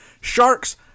sharks